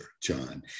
John